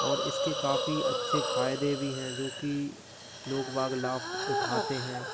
और इसके काफ़ी अच्छे फायदे भी हैं जो कि लोग बाग लाभ उठाते हैं